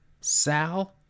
Sal